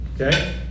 okay